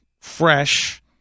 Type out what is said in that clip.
fresh